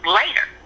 later